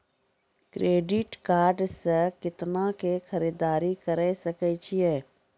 Credit card से कितना के खरीददारी करे सकय छियै?